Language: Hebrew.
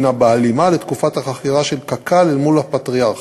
בהלימה לתקופת החכירה של קק"ל אל מול הפטריארך.